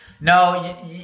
No